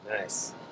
Nice